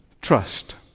Trust